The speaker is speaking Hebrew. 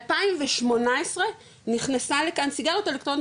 ב-2018 נכנסה לכאן סיגריה אלקטרונית,